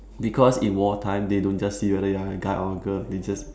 because in war time they don't just see whether you're a guy or girl they just